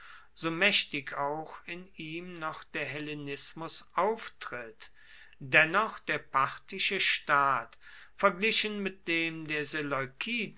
so mächtig auch in ihm noch der hellenismus auftritt dennoch der parthische staat verglichen mit dem der